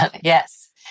Yes